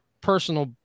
personal